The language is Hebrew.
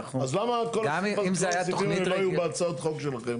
גם אם זה היה תכנית --- אז למה --- לא היו בהצעת החוק שלכם?